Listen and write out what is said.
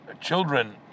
children